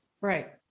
Right